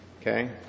okay